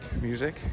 music